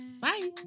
bye